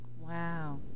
Wow